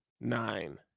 nine